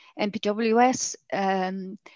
NPWS